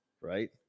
right